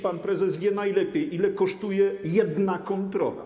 Pan prezes wie najlepiej, ile kosztuje jedna kontrola.